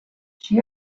she